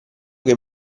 che